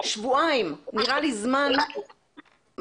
שבועיים נראה לי זמן מספיק